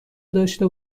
داشته